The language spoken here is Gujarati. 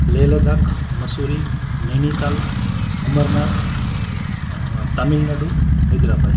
લેહ લદ્દાખ મસુરી નૈનીતાલ અમરનાથ તામિલ નાડુ હૈદરાબાદ